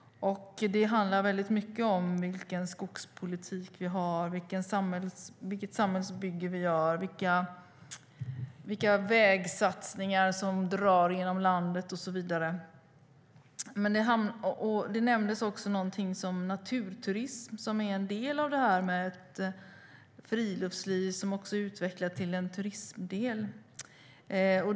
Det handlar om vilken skogspolitik vi har, vilket samhällsbygge vi gör, vilka vägsatsningar som drar genom landet och så vidare. Även naturturism nämndes. En del av friluftslivet har också utvecklats till en turismdel.